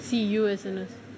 see you as a nurse